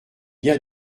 bien